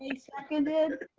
and seconded.